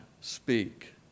speak